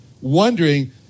wondering